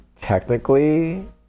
technically